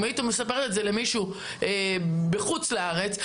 אם היית מספר את זה למישהו מחוץ לארץ,